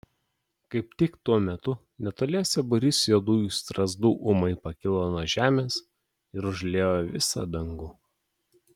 kaip tik tuo metu netoliese būrys juodųjų strazdų ūmai pakilo nuo žemės ir užliejo visą dangų